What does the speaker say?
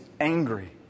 angry